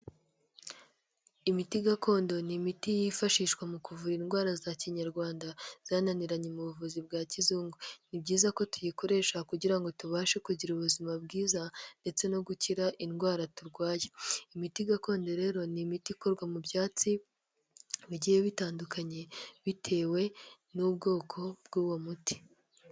Imiti gakondo ni imiti yifashishwa mu kuvura indwara za kinyarwanda zananiranye mu buvuzi bwa kizungu, ni byiza ko tuyikoresha kugira ngo tubashe kugira ubuzima bwiza ndetse no gukira indwara turwaye, imiti gakondo rero ni imiti ikorwa mu byatsi bigiye bitandukanye bitewe n'ubwoko bw'uwo muti.